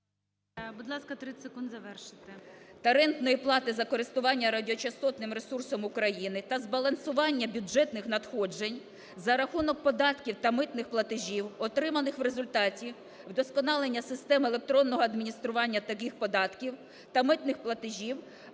Будь ласка, 30 секунд завершити. ЮЖАНІНА Н.П. ... та рентної плати за користування радіочастотним ресурсом України та збалансування бюджетних надходжень за рахунок податків та митних платежів, отриманих в результаті вдосконалення системи електронного адміністрування таких податків та митних платежів,